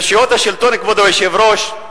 רשויות השלטון, כבוד היושב-ראש,